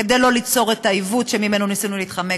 כדי לא ליצור את העיוות שממנו ניסינו להתחמק.